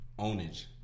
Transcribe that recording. ownage